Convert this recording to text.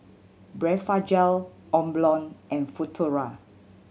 Blephagel Omron and Futuro